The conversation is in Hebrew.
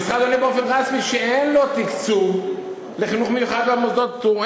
המשרד עונה באופן רשמי שאין לו תקצוב לחינוך מיוחד במוסדות פטור.